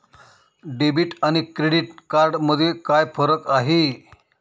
Debit आणि credit card मध्ये काय फरक आहे?